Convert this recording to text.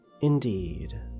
indeed